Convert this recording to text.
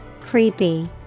creepy